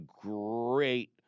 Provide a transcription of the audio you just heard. great